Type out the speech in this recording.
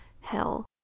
Hell